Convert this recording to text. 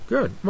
Good